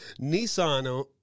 Nissan